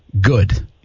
good